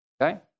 Okay